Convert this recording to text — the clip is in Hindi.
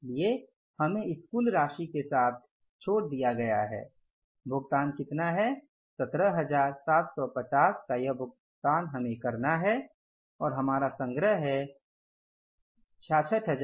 इसलिए हमें इस कुल राशि के साथ छोड़ दिया गया है भुगतान कितना होना है 17750 का यह भुगतान हमें करना है और हमारा संग्रह जो है वह 66100 है